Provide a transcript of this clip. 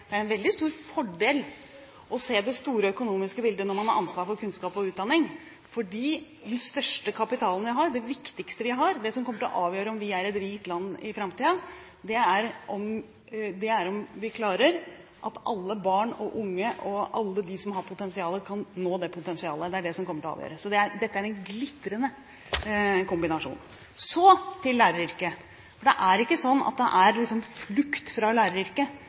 utdanning. Den største kapitalen vi har, det viktigste vi har – det som kommer til å avgjøre om vi er et rikt land i framtiden – er om vi klarer at alle barn og unge, alle de som har potensial, kan nå det potensialet. Det er det som kommer til å avgjøre. Så dette er en glitrende kombinasjon. Så til læreryrket: Det er ikke sånn at det er flukt fra læreryrket.